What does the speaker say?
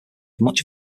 much